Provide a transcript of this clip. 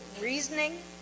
reasoning